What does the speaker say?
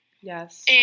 Yes